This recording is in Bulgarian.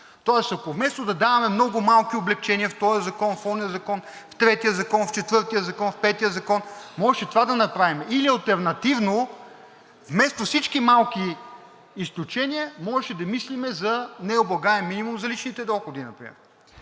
Тоест, ако вместо да даваме много малки облекчения, в този закон, в онзи закон, в третия закон, в четвъртия закон, в петия закон, можеше това да направим. Или алтернативно вместо всички малки изключения, можеше да мислим за необлагаем минимум за личните доходи например,